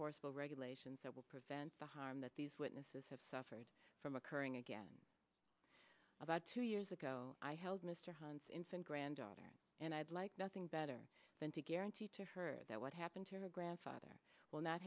enforceable regulations that will prevent the harm that these witnesses have suffered from occurring again about two years ago i held mr hunt's in some granddaughter and i'd like nothing better than to guarantee to her that what happened to her grandfather will not